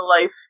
life